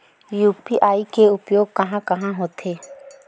UPI के उपयोग कहां कहा होथे?